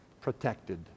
protected